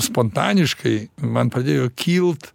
spontaniškai man pradėjo kilt